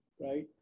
Right